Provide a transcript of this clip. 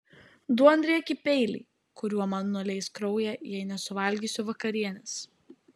duonriekį peilį kuriuo man nuleis kraują jei nesuvalgysiu vakarienės